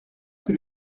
que